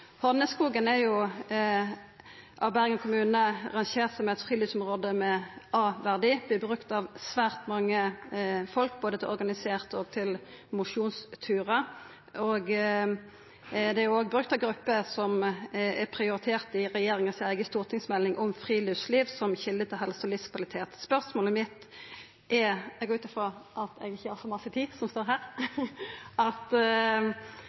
er av Bergen kommune rangert som eit friluftsområde med A-verdi og er brukt av svært mange menneske både til organiserte turar og til mosjonsturar. Det er ei gruppe som er prioritert i regjeringa si eiga stortingsmelding om friluftsliv som kjelde til helse og livskvalitet. Eg går ut frå at eg ikkje har så mykje tid, og spørsmålet mitt er om statsråden kan garantera at